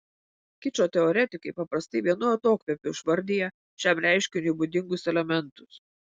kičo teoretikai paprastai vienu atokvėpiu išvardija šiam reiškiniui būdingus elementus